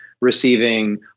receiving